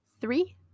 three